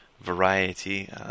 variety